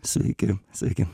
sveiki sveiki